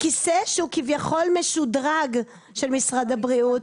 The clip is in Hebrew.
כיסא שהוא כביכול משודרג של משרד הבריאות,